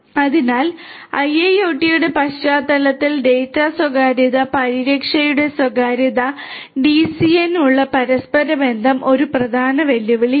അതിനാൽ IIoT യുടെ പശ്ചാത്തലത്തിൽ ഡാറ്റ സ്വകാര്യതാ പരിരക്ഷയുടെ സ്വകാര്യത DCN മുള്ള പരസ്പരബന്ധം ഒരു പ്രധാന വെല്ലുവിളിയാണ്